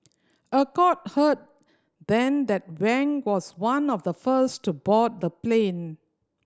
a court heard then that Wang was one of the first to board the plane